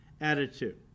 attitude